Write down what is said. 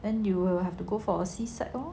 then you will have to go for a C sec loh